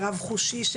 הרב חושי,